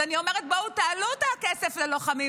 אז אני אומרת: תעלו את הכסף ללוחמים.